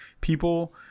People